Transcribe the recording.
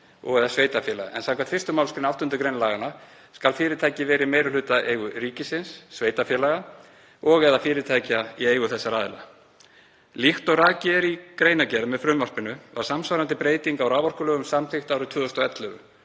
og/eða sveitarfélaga en samkvæmt 1. mgr. 8. gr. laganna skal fyrirtækið vera í meirihlutaeigu ríkisins, sveitarfélaga og/eða fyrirtækja í eigu þessara aðila. Líkt og rakið er í greinargerð með frumvarpinu var samsvarandi breyting á raforkulögum samþykkt árið 2011